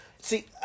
See